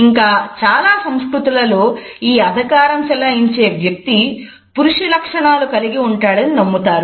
ఇంకా చాలా సంస్కృతులలో ఈ అధికారం చెలాయించే వ్యక్తి పురుష లక్షణాలు కలిగి ఉంటాడని నమ్ముతారు